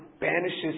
banishes